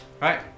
Right